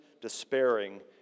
despairing